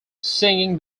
singing